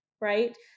right